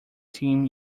team